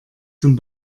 zum